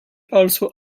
also